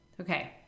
Okay